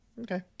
Okay